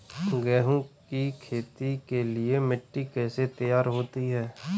गेहूँ की खेती के लिए मिट्टी कैसे तैयार होती है?